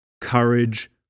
courage